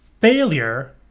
Failure